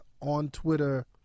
on-Twitter